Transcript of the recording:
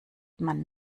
man